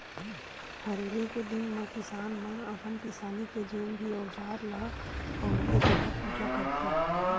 हरेली के दिन म किसान मन अपन किसानी के जेन भी अउजार ल बउरथे तेखर पूजा करथे